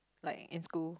like in school